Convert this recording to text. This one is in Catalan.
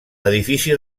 edifici